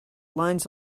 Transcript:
lines